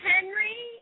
Henry